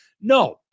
no